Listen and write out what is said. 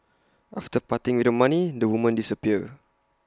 after parting with the money the women disappear